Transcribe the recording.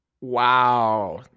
Wow